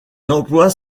emplois